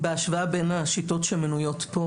בהשוואה בין השיטות שמנויות כאן,